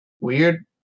weird